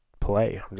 play